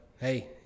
Hey